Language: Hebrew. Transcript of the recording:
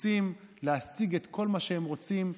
רוצים להשיג את כל מה שהם רוצים,